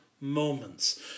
moments